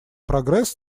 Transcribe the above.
прогресс